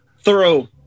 thorough